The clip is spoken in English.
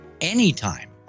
anytime